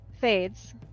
fades